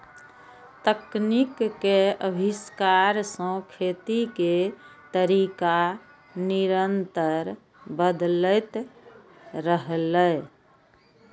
तकनीक के आविष्कार सं खेती के तरीका निरंतर बदलैत रहलैए